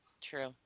True